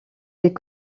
est